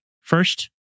First